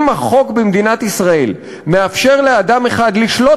אם החוק במדינת ישראל מאפשר לאדם אחד לשלוט